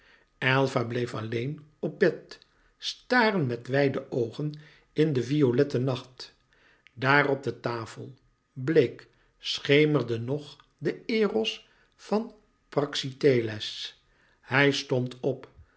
bleef alleen op bed staren met wijde oogen in den violetten nacht daar op de tafel bleek schemerde nog de eros van praxiteles hij stond op